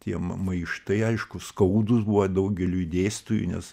tie maištai aišku skaudūs buvo daugeliui dėstytojų nes